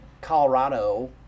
Colorado